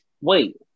wait